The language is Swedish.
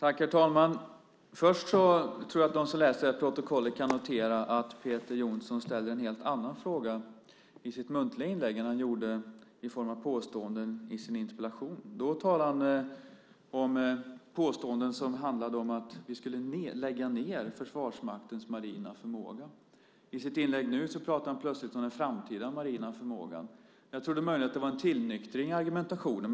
Herr talman! Först tror jag att de som läser det här protokollet kan notera att Peter Jonsson ställer en helt annan fråga i sin muntliga fråga än han gjorde i form av påståenden i sin interpellation. Då gjorde han påståenden som handlade om att vi skulle lägga ned Försvarsmaktens marina förmåga. I sitt inlägg nu pratade han plötsligt om den framtida marina förmågan. Jag trodde möjligen att det var en tillnyktring i argumentationen.